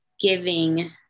giving